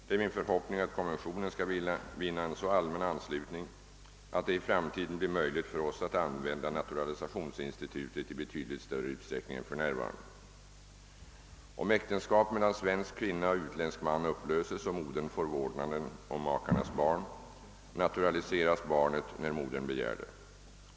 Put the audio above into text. Det är min förhoppning att konventionen skall vinna en så allmän anslutning, att det i framtiden blir möjligt för oss att använda naturalisationsinstitutet i betydligt större utsträckning än för närvarande. Om äktenskap mellan svensk kvinna och utländsk man upplöses och modern får vårdnaden om makarnas barn, naturaliseras barnet när modern begär det.